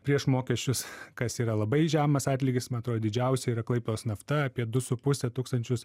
prieš mokesčius kas yra labai žemas atlygis man atrodo didžiausia yra klaipėdos nafta apie du su puse tūkstančius